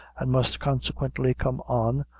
and must consequently come on,